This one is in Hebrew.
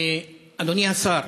אדוני השר,